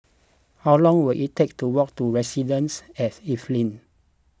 how long will it take to walk to Residences at Evelyn